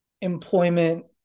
employment